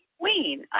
queen